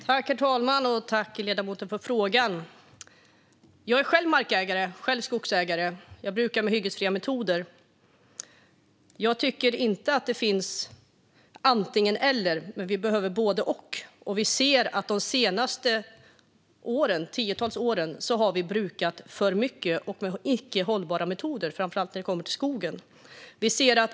Herr talman! Jag tackar ledamoten för frågan. Jag är själv markägare och skogsägare och brukar med hyggesfria metoder. Jag tycker inte att det handlar om antingen eller, utan vi behöver både och. Det senaste tiotalet år har vi brukat för mycket och med icke hållbara metoder, framför allt när det gäller skogen.